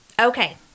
Okay